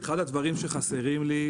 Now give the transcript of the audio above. אחד הדברים שחסרים לי,